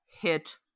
hit